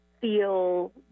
feel